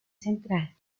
central